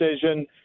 decision